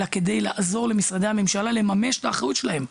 אלא כדי לעזור למשרדי הממשלה לממש את האחריות שלהם.